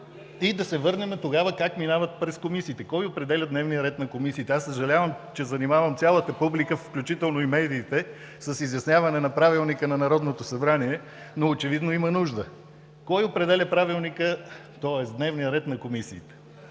да се върнем – как минават през комисиите. Кой определя дневния ред на комисиите? Съжалявам, че занимавам цялата публика, включително и медиите, с изясняване Правилника на Народното събрание, но очевидно има нужда. Кой определя дневния ред на комисиите?